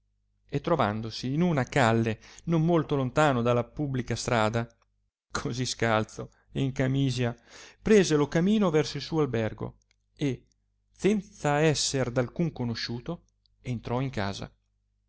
e trovandosi in una calle non molto lontano dalla publica strada così scalzo e in camiscia prese lo camino verso il suo albergo e senza esser d alcuno conosciuto entrò in casa